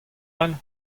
all